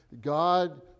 God